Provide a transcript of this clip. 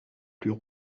plus